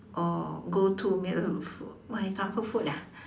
or go to meal food my comfort food ah